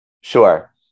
sure